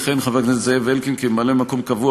חבר הכנסת זאב אלקין יכהן כממלא-מקום קבוע